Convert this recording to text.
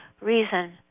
reason